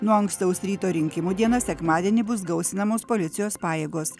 nuo ankstaus ryto rinkimų dieną sekmadienį bus gausinamos policijos pajėgos